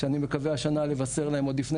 שאני מקווה השנה לבשר להן עוד לפני